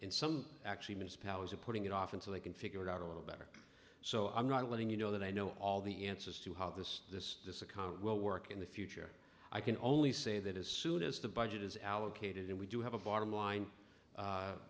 in some actually miss powers are putting it off until they can figure it out a little better so i'm not letting you know that i know all the answers to how this this this economy will work in the future i can only say that as soon as the budget is allocated and we do have a bottom line